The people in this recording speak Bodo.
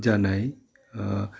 जानाय